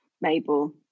Mabel